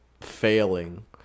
failing